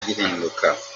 gihinduka